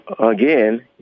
again